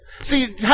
See